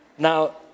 Now